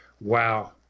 wow